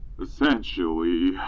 essentially